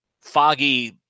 foggy